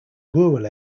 rural